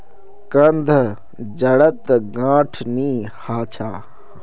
कंद जड़त गांठ नी ह छ